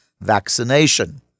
vaccination